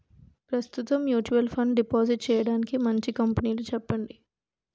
ప్రస్తుతం mutual fund deposit చేయడానికి మంచి కంపెనీలు చెప్పండి